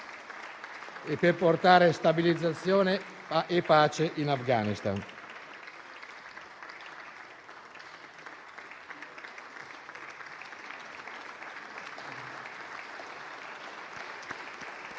per portare stabilizzazione e pace in Afghanistan.